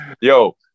Yo